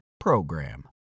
Program